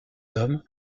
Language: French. hommes